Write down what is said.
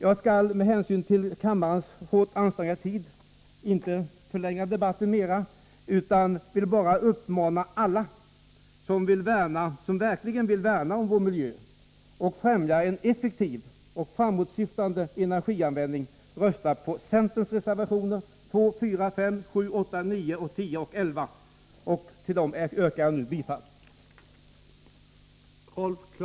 Jag skall med hänsyn till kammarens ansträngda arbetssituation inte förlänga debatten utan vill bara uppmana alla som verkligen vill värna om vår miljö och främja en effektiv och framåtsyftande energianvändning att rösta på centerns reservationer nr 2, 4, 5, 7, 8, 9, 10 och 11, till vilka jag yrkar bifall.